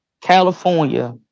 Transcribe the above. California